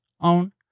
own